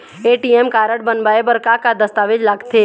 ATM card बनवाए बर का का दस्तावेज लगथे?